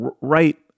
right